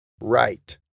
right